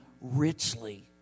richly